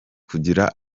kugira